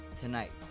Tonight